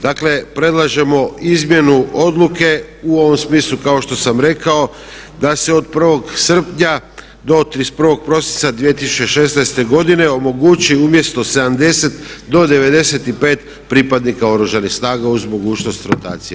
Dakle, predlažemo izmjenu odluke u ovom smislu kao što sam rekao da se od 1. srpnja do 31. prosinca 2016. godine omogući umjesto 70 do 95 pripadnika Oružanih snaga uz mogućnost rotacije.